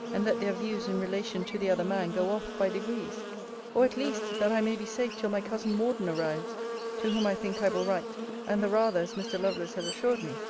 and let their views in relation to the other man go off by degrees or, at least, that i may be safe till my cousin morden arrives to whom, i think, i will write and the rather, as mr. lovelace has assured me,